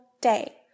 day